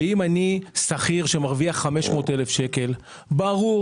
ואם אני שכיר שמרוויח 500,000 ₪- ברור